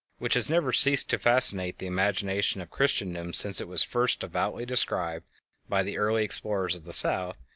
which has never ceased to fascinate the imagination of christendom since it was first devoutly described by the early explorers of the south,